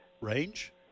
Range